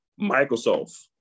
Microsoft